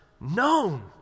known